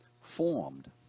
formed